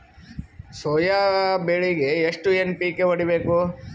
Soya ಬೆಳಿಗಿ ಎಷ್ಟು NPK ಹೊಡಿಬೇಕು?